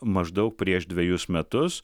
maždaug prieš dvejus metus